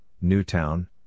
Newtown